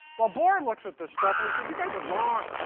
well, bohr and looks at this stuff and he says, you guys are wrong.